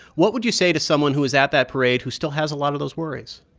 what would you say to someone who is at that parade who still has a lot of those worries?